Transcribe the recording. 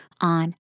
on